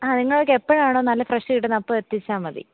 ആ നിങ്ങൾക്ക് എപ്പോഴാണോ നല്ല ഫ്രഷ് കിട്ടുന്നത് അപ്പോൾ എത്തിച്ചാൽ മതി